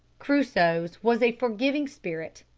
crusoe's was a forgiving spirit.